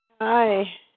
Hi